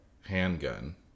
handgun